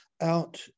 out